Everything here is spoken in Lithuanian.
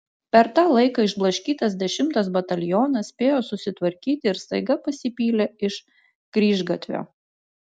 per tą laiką išblaškytas dešimtas batalionas spėjo susitvarkyti ir staiga pasipylė iš kryžgatvio